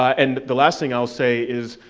and the last thing i'll say is,